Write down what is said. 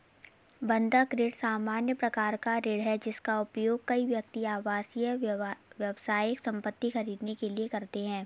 बंधक ऋण सामान्य प्रकार का ऋण है, जिसका उपयोग कई व्यक्ति आवासीय, व्यावसायिक संपत्ति खरीदने के लिए करते हैं